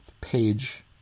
page